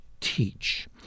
teach